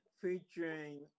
featuring